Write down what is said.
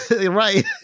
right